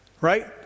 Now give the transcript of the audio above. right